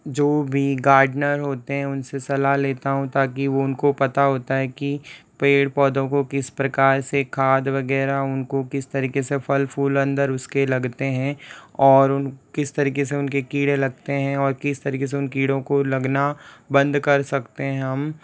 जो भी गार्डनर होते हैं उनसे सलाह लेता हूँ ताकि वो उनको पता होता है कि पेड़ पौधों को किस प्रकार से खाद वगैरह उनको किस तरीके से फ़ल फ़ूल अंदर उसके लगते हैं और उन किस तरीके से उनके कीड़े लगते हैं और किस तरीके से उन कीड़ों को लगना बंद कर सकते हैं हम